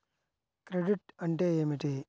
Credit అంటే ఏమిటి?